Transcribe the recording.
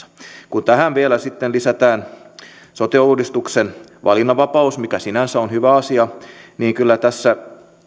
kun tähän vielä sitten lisätään sote uudistuksen valinnanvapaus mikä sinänsä on hyvä asia niin kyllä tässä